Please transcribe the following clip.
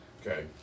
Okay